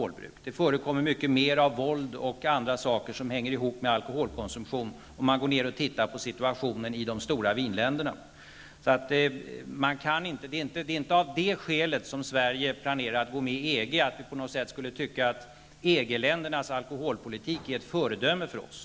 Dessutom finner man att det förekommer mycket mera våld och annat som hänger ihop med alkoholkonsumtion, om man ser på situationen i de stora vinländerna. Sverige planerar inte att gå med i EG, därför att vi tycker att EG-ländernas alkoholpolitik är ett föredöme för oss.